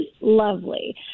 lovely